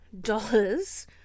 dollars